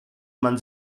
man